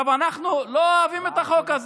אנחנו לא אוהבים את החוק הזה.